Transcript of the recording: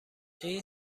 این